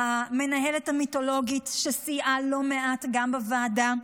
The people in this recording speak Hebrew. המנהלת המיתולוגית, שסייעה לא מעט גם בוועדה,